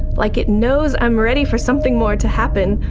like it knows i'm ready for something more to happen,